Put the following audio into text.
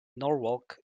norwalk